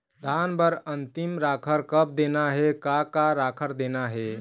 धान बर अन्तिम राखर कब देना हे, का का राखर देना हे?